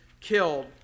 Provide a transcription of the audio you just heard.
killed